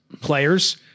players